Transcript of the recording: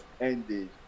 ended